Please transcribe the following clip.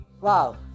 Wow